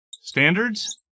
standards